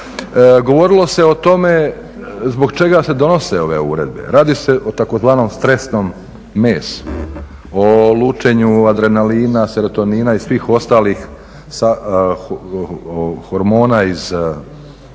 Govorilo se o tome zbog čega se donose ove uredbe. Radi se o tzv. stresnom mesu, o lučenju adrenalina, serotonina i svih ostalih hormona iz